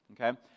Okay